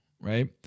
right